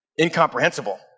incomprehensible